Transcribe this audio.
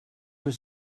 was